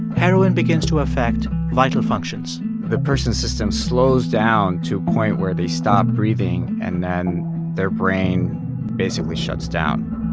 heroin begins to affect vital functions the person's system slows down to a point where they stop breathing, and then their brain basically shuts down